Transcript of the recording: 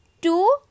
Two